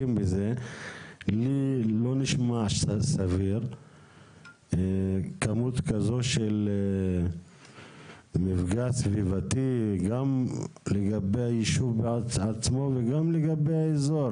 לי לא נשמע סביר שיש כמות כזאת של מפגעים סביבתיים בישוב עצמו ובאזור.